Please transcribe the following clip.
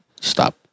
stop